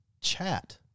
chat